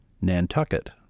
Nantucket